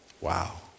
Wow